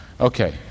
Okay